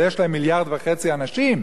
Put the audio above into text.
אבל יש להם מיליארד וחצי אנשים.